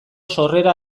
sorrera